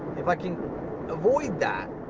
if i can avoid that,